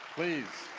please.